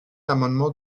l’amendement